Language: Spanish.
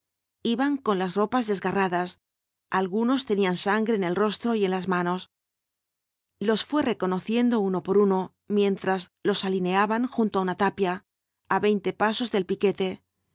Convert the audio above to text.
iban con las ropas desgarradas algunos tenían sangre en el rostro y en las manos los fué reconociendo uno por uno mientras los alineaban janto á una tapia á veinte lo cuatro jinbtbs ubl apoauip pasos del piquete